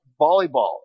volleyball